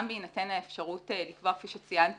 גם בהינתן האפשרות לקבוע כפי שציינת